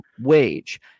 wage